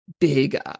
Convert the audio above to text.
big